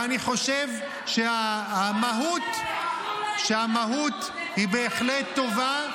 אני חושב שהמהות בהחלט טובה,